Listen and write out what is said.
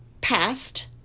past